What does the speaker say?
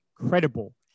incredible